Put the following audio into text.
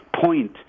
point